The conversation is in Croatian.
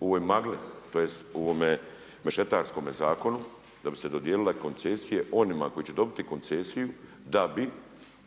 u ovoj magli, tj. u ovome mešetarskome zakonu, da bi se dodijelile koncesije onima koji će dobiti koncesiju da bi